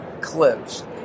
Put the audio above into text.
Clips